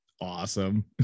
awesome